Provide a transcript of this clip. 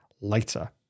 later